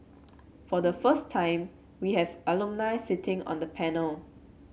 for the first time we have alumni sitting on the panel